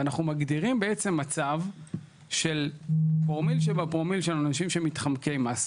ואנחנו מגדירים בעצם מצב של פרומיל שבפרומיל של אנשים שמתחמקי מס,